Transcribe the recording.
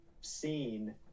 seen